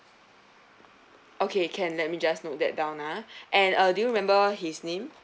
okay can let me just note that down ah and uh do you remember his name